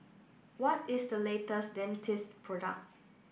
what is the latest Dentiste product